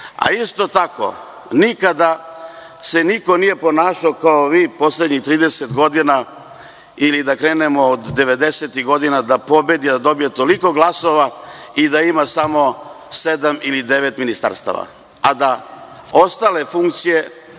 a isto tako nikada se niko nije ponašao kao vi poslednjih 30 godina, ili da krenemo od 90-tih godina, da pobedi, da dobije toliko glasova i da ima samo sedam ili devet ministarstava,